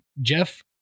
Jeff